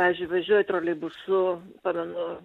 pavyzdžiui važiuoju troleibusu pamenu